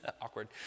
awkward